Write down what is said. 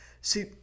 See